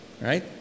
right